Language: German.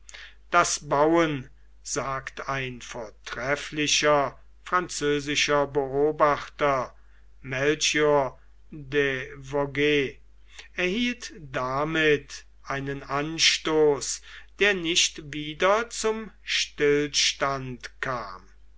das bauen sagt ein vortrefflicher französischer beobachter melchior de vogue erhielt damit einen anstoß der nicht wieder zum stillstand kam